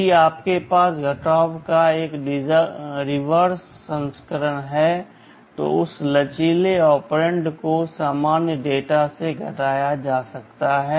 यदि आपके पास घटाव का एक रिवर्स संस्करण है तो उस लचीले ऑपरेंड को सामान्य डेटा से घटाया जा सकता है